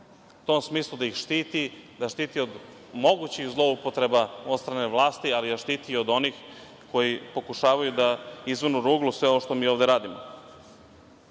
u tom smislu da ih štiti, da štiti od mogućih zloupotreba od strane vlasti, ali i da štiti od onih koji pokušavaju da izvrgnu ruglu sve ovo što mi ovde radimo. Jedan